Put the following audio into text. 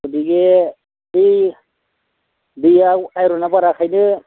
गथिखे दै दैयाव आइरटना बाराखायनो